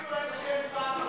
אפילו אין שֵם פעם אחת.